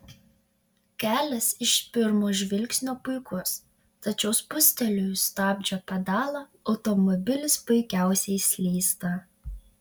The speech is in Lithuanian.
kelias iš pirmo žvilgsnio puikus tačiau spustelėjus stabdžio pedalą automobilis puikiausiai slysta